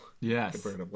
Yes